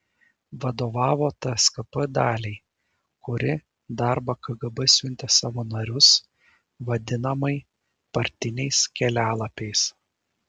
vadovavo tskp daliai kuri darbą kgb siuntė savo narius vadinamai partiniais kelialapiais